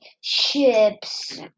ships